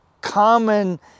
common